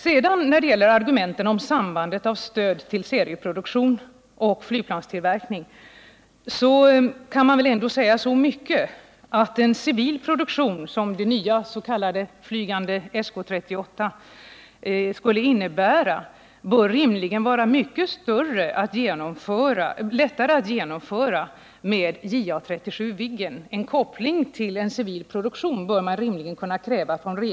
När det sedan gäller argumenten om sambandet mellan stöd till civil serieproduktion och tillverkning av militära flygplan kan man ändå säga så mycket att en civil produktion, som det ”nya” s.k. förslaget om den SK38 förutsätter, rimligen bör vara mycket lättare att genomföra med JA 37 Viggen. En koppling till en civil produktion bör regeringen rimligen kunna kräva redan nu.